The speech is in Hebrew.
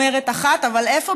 אומרת אחת, אבל איפה?